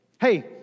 hey